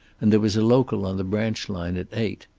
and there was a local on the branch line at eight.